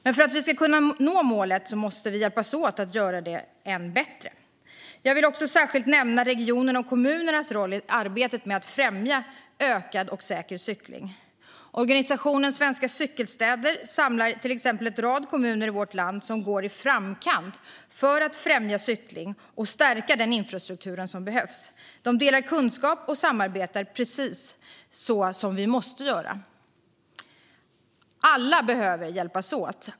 Men för att kunna nå det målet måste vi hjälpas åt att göra det än bättre. Jag vill särskilt nämna regionernas och kommunernas roll i arbetet med att främja ökad och säker cykling. Föreningen Svenska Cykelstäder samlar till exempel en rad kommuner i vårt land som är i framkant när det gäller att främja cykling och stärka den infrastruktur som behövs. De delar kunskap och samarbetar, precis som vi måste göra. Alla behöver hjälpas åt.